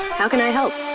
how can i help?